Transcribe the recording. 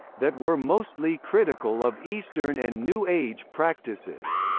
that were mostly critical of eastern and new age practices.